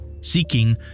seeking